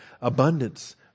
abundance